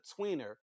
tweener